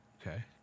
Okay